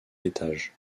étage